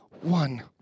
one